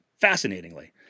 fascinatingly